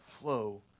flow